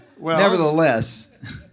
nevertheless